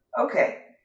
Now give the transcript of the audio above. Okay